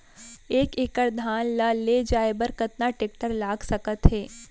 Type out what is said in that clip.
एक एकड़ धान ल ले जाये बर कतना टेकटर लाग सकत हे?